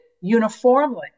uniformly